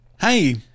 Hey